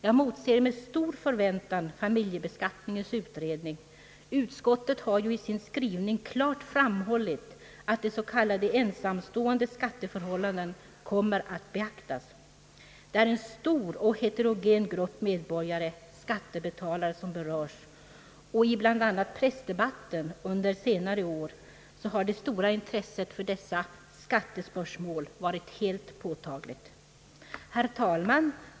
Jag motser med stor förväntan familjebeskattningens utredning — utskottet har ju i sin skrivning klart framhållit att de s.k. ensamståendes skatteförhållanden kommer att beaktas. Det är en stor och heterogen grupp medborgare — skattebetalare — som berörs, och i bland annat pressdebatten har under senare år det stora intresset för detta skattespörsmål varit helt påtagligt. Herr talman!